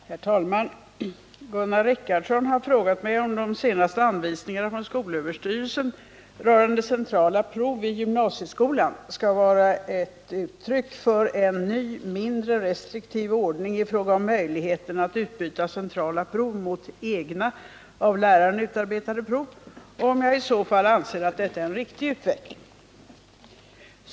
Herr talman! Gunnar Richardson har frågat mig om de senaste anvisningarna från skolöverstyrelsen rörande centrala prov i gymnasieskolan skall vara uttryck för en ny, mindre restriktiv ordning i fråga om möjligheten att utbyta centrala prov mot ”egna” av läraren utarbetade prov och om jag i så fall anser att detta är en riktig utveckling.